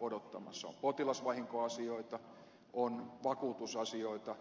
on potilasvahinkoasioita on vakuutusasioita